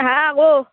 হাঁ কও